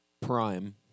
Prime